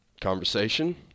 conversation